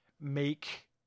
make